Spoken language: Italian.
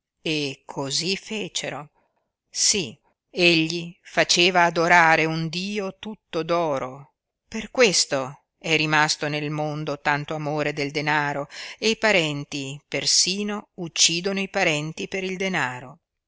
padrone sí egli faceva adorare un dio tutto d'oro per questo è rimasto nel mondo tanto amore del denaro e i parenti persino uccidono i parenti per il denaro